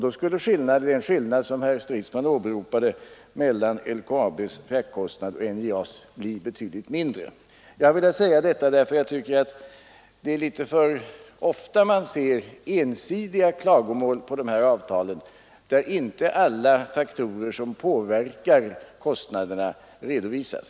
Då skulle den skillnad som herr Stridsman åberopade mellan LKAB:s och NJA:s fraktkostnader bli betydligt mindre. Jag har velat säga detta därför att det är litet för ofta man får höra ensidiga klagomål på dessa avtal, där inte alla de faktorer som påverkar kostnaderna redovisas.